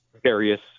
various